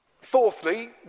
Fourthly